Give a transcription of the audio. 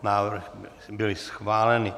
Návrhy byly schváleny.